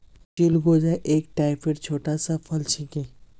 चिलगोजा एक टाइपेर छोटा सा फल छिके